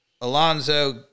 Alonzo